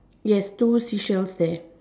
it has two sea shells there